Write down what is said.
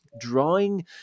drawing